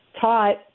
taught